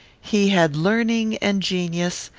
he had learning and genius,